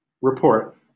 report